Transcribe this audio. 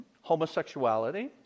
homosexuality